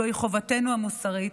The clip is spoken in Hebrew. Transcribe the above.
זוהי חובתנו המוסרית,